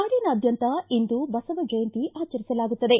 ನಾಡಿನಾದ್ಜಂತ ಇಂದು ಬಸವ ಜಯಂತ ಆಚರಿಸಲಾಗುತ್ತದೆ